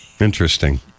Interesting